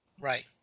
Right